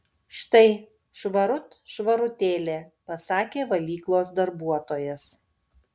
štai švarut švarutėlė pasakė valyklos darbuotojas